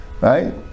Right